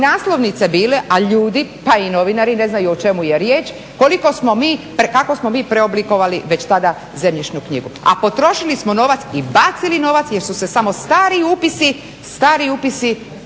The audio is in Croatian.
naslovnice bile, a ljudi pa i novinari ne znaju o čemu je riječ, koliko smo mi, kako smo mi preoblikovali već tada zemljišnu knjigu. A potrošili smo novac i bacili novac jer su se samo stari upisi, stari upisi